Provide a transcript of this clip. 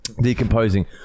Decomposing